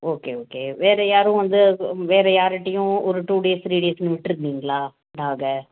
okay okay வேறு யாரும் வந்து வேறு யாருகிட்டையும் ஒரு டூ டேஸ் த்ரீ டேஸுன்னு விட்டுருந்தீங்களா டாகை